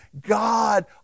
God